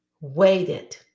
waited